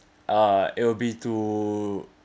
uh it will be too